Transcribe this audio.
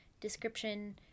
description